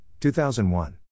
2001